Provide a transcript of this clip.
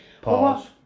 Pause